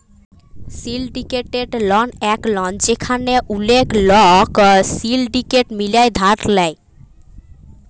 syndicated loan একট loan যেখালে ওলেক লক সিলডিকেট মিলায় ধার লেয়